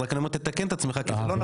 אז רק אני אומר תתקן את עצמך כי זה לא נכון.